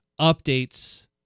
updates